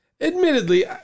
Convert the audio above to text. admittedly